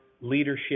leadership